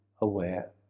aware